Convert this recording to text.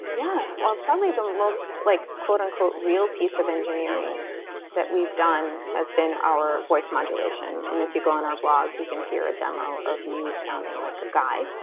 yeah. well, probably the most like and real piece of engineering that we've done has been our voice modulation. and if you go in our blog, you can hear a demo of me sounding like a guy.